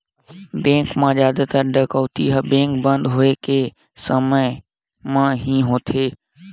bank म जादातर डकैती ह बेंक बंद होए के समे म ही होथे